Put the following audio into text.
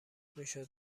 میشد